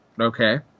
Okay